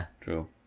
true